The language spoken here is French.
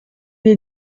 est